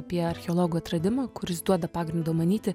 apie archeologų atradimą kuris duoda pagrindo manyti